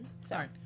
Sorry